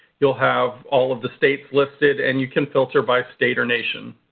you'll have all of the states listed and you can filter by state or nation.